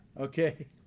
okay